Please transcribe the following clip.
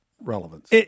relevance